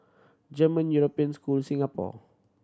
German European School Singapore